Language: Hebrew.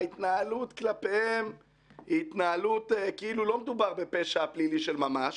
ההתנהלות כלפיהם היא התנהלות כאילו לא מדובר בפשע פלילי של ממש.